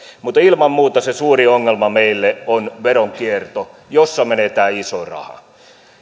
mutta ilman muuta suurin ongelma meille on veronkierto jossa menee tämä iso raha